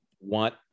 want